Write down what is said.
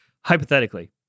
hypothetically